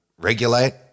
regulate